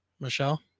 michelle